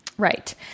Right